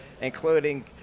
including